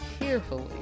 cheerfully